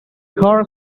car